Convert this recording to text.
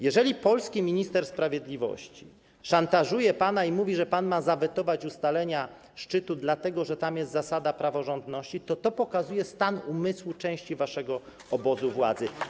Jeżeli polski minister sprawiedliwości szantażuje pana i mówi, że ma pan zawetować ustalenia szczytu dlatego, że tam jest zasada praworządności, to pokazuje to stan umysłu części waszego obozu władzy.